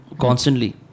constantly